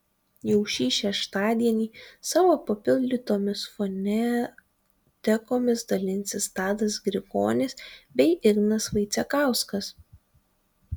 jau šį šeštadienį savo papildytomis fonotekomis dalinsis tadas grigonis bei ignas vaicekauskas